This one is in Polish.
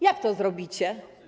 Jak to zrobicie?